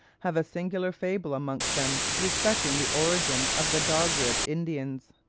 have a singular fable amongst them respecting the origin of the dog-rib indians,